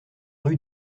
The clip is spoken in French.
rue